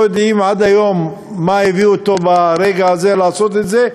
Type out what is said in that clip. לא יודעים עד היום מה הביא אותו ברגע הזה לעשות את זה,